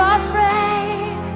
afraid